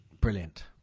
Brilliant